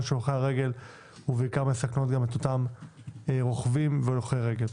של הולכי הרגל ובעיקר מסכנות אותם רוכבים והולכי רגל.